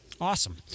Awesome